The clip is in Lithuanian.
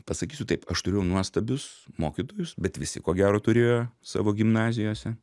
pasakysiu taip aš turėjau nuostabius mokytojus bet visi ko gero turėjo savo gimnazijose